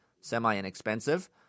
semi-inexpensive